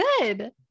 good